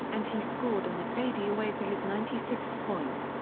and he scored on a fadeaway for his ninety sixth point.